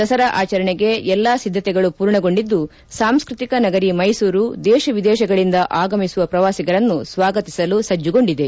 ದಸರಾ ಆಚರಣೆಗೆ ಎಲ್ಲಾ ಸಿದ್ಧತೆಗಳು ಮೂರ್ಣಗೊಂಡಿದ್ದು ಸಾಂಸ್ವತಿಕ ನಗರಿ ಮೈಸೂರು ದೇಶ ವಿದೇಶಗಳಿಂದ ಆಗಮಿಸುವ ಪ್ರವಾಸಿಗರನ್ನು ಸ್ವಾಗತಿಸಲು ಸಜ್ಜಗೊಂಡಿದೆ